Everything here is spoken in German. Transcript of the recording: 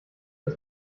das